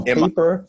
paper